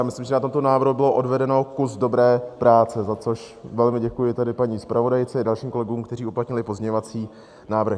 Myslím, že na tomto návrhu bylo odvedeno kus dobré práce, za což velmi děkuji paní zpravodajce i dalším kolegům, kteří uplatnili pozměňovací návrhy.